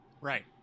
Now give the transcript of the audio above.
Right